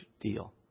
deal